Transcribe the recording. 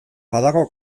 badago